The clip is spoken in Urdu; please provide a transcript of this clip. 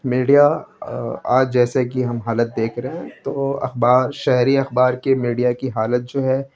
میڈیا آج جیسے کہ ہم حالت دیکھ رہے ہیں تو اخبار شہری اخبار کی میڈیا کی حالت جو ہے